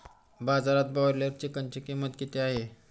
बाजारात ब्रॉयलर चिकनची किंमत किती आहे?